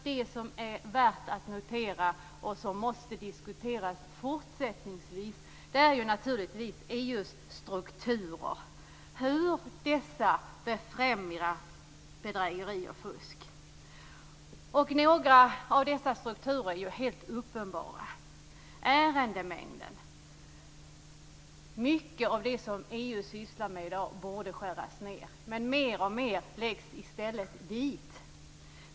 Det som är värt att notera och som måste diskuteras fortsättningsvis är naturligtvis EU:s strukturer och hur dessa befrämjar bedrägeri och fusk. Några av dessa strukturer är helt uppenbara. · Ärendemängden. Mycket av det EU sysslar med i dag borde skäras ned. Men mer och mer läggs i stället dit.